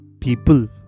people